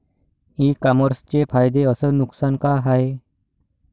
इ कामर्सचे फायदे अस नुकसान का हाये